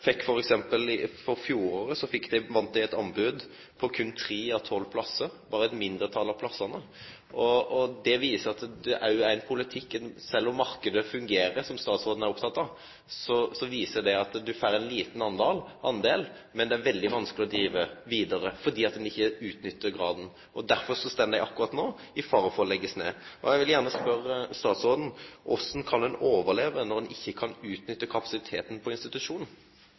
for fjoråret eit anbod på tre av tolv plassar – berre eit mindretal av plassane. Det viser at sjølv om marknaden fungerer, som statsråden er oppteken av, og ein får ein liten del, er det veldig vanskeleg å drive vidare, fordi ein ikkje utnyttar kapasiteten. Derfor står dei akkurat no i fare for å måtte leggje ned. Eg vil gjerne spørje statsråden: Korleis kan ein overleve når ein ikkje kan utnytte kapasiteten i institusjonen?